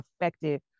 effective